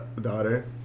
daughter